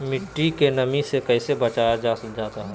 मट्टी के नमी से कैसे बचाया जाता हैं?